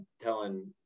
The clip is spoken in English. telling